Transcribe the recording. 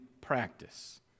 practice